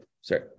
sorry